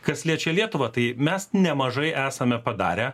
kas liečia lietuvą tai mes nemažai esame padarę